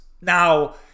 now